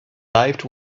life